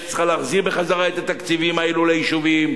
שצריך להחזיר את התקציבים האלה ליישובים,